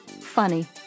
funny